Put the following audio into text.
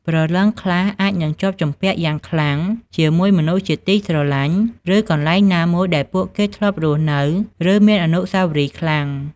ព្រលឹងខ្លះអាចនឹងជាប់ជំពាក់យ៉ាងខ្លាំងជាមួយមនុស្សជាទីស្រឡាញ់ ឬកន្លែងណាមួយដែលពួកគេធ្លាប់រស់នៅ ឬមានអនុស្សាវរីយ៍ខ្លាំង។